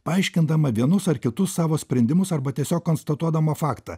paaiškindama vienus ar kitus savo sprendimus arba tiesiog konstatuodama faktą